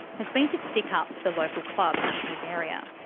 has been to stick up for the local clubs in his area.